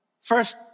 First